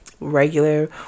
regular